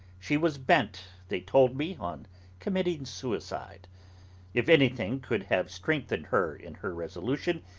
she was bent, they told me, on committing suicide if anything could have strengthened her in her resolution,